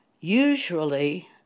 Usually